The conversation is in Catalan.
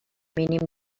mínim